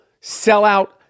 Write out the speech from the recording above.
sellout